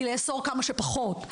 היא לאסור כמה שפחות.